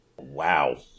Wow